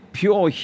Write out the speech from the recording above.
pure